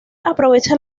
aprovecha